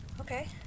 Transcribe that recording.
Okay